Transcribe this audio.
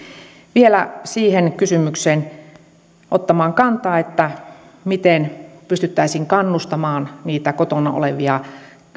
vielä siihen kysymykseen ihan ottamaan kantaa että miten pystyttäisiin kannustamaan niitä kotona olevia